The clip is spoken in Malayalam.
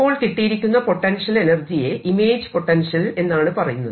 ഇപ്പോൾ കിട്ടിയിരിക്കുന്ന പൊട്ടൻഷ്യൽ എനർജിയെ ഇമേജ് പൊട്ടൻഷ്യൽ എന്നാണ് പറയുന്നത്